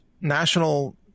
national